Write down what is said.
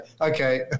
okay